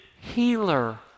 healer